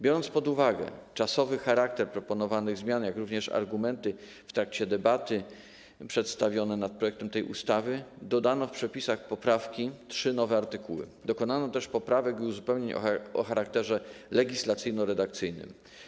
Biorąc pod uwagę czasowy charakter proponowanych zmian, jak również argumenty przedstawione w trakcie debaty nad projektem tej ustawy, dodano w przepisach poprawki trzy nowe artykuły, dokonano też poprawek i uzupełnień o charakterze legislacyjno-redakcyjnym.